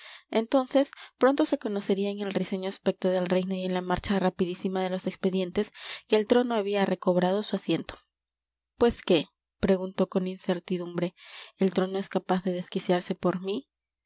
entonces pronto se conocería en el risueño aspecto del reino y en la marcha rapidísima de los expedientes que el trono había recobrado su asiento pues qué preguntó con incertidumbre el trono es capaz de desquiciarse por mí